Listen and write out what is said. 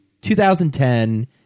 2010